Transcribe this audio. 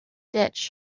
ditch